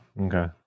Okay